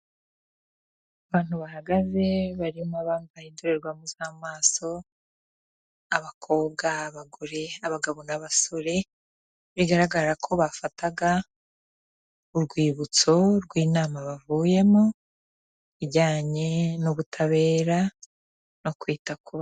Abantu bahagaze barimo abambaye indorerwamo z'amaso, abakobwa, abagore, abagabo n'abasore, bigaragara ko bafataga urwibutso rw'inama bavuyemo, ijyanye n'ubutabera no kwita ku.